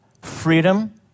freedom